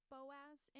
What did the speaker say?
Boaz